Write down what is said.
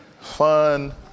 fun